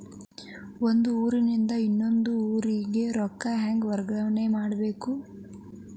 ಒಂದ್ ಊರಿಂದ ಇನ್ನೊಂದ ಊರಿಗೆ ರೊಕ್ಕಾ ಹೆಂಗ್ ವರ್ಗಾ ಮಾಡ್ಬೇಕು?